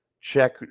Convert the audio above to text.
check